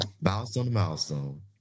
Milestone-to-Milestone